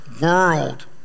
world